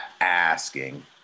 Asking